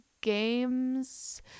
games